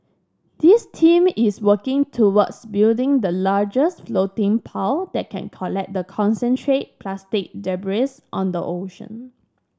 this team is working towards building the largest floating that can collect the concentrate plastic debris on the ocean